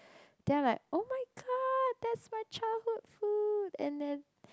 then I'm like oh-my-god that's my childhood food and then